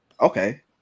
Okay